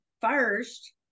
first